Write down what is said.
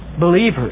believers